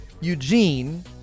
Eugene